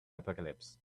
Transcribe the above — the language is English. apocalypse